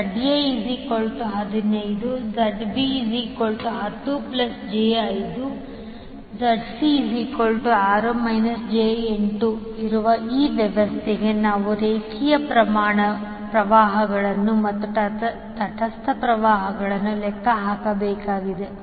ZA 15 ZB 10 j5 ZC 6 j8 ಇರುವ ಈ ವ್ಯವಸ್ಥೆಗೆ ನಾವು ರೇಖೆಯ ಪ್ರವಾಹಗಳನ್ನು ಮತ್ತು ತಟಸ್ಥ ಪ್ರವಾಹವನ್ನು ಲೆಕ್ಕ ಹಾಕಬೇಕಾಗಿದೆ